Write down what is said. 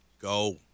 go